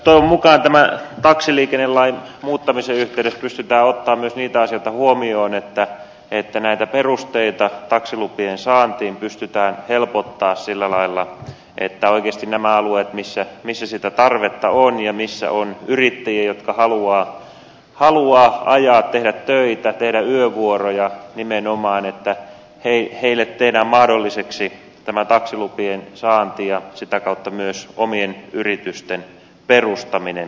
toivon mukaan tämän taksiliikennelain muuttamisen yhteydessä pystytään ottamaan myös niitä asioita huomioon että näitä perusteita taksilupien saantiin pystytään helpottamaan sillä lailla että oikeasti näillä alueilla missä sitä tarvetta on ja missä on yrittäjiä jotka haluavat ajaa tehdä töitä tehdä yövuoroja nimenomaan tehdään mahdolliseksi tämä taksilupien saanti ja sitä kautta myös omien yritysten perustaminen sen suhteen